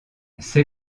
ces